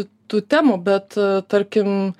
tų temų bet tarkim